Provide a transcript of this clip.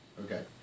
Okay